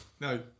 no